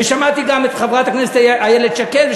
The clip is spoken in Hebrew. ושמעתי גם את חברת הכנסת איילת שקד,